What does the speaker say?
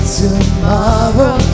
tomorrow